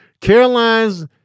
Caroline's